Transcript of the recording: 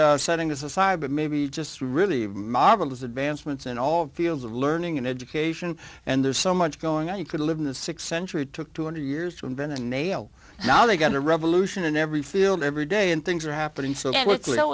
what setting is aside but maybe just really marvelous advancements in all fields of learning and education and there's so much going on you could live in the th century it took two hundred years to invent a nail now they've got a revolution in every field every day and things are happening so